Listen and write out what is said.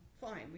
fine